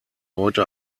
heute